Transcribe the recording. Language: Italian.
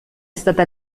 stata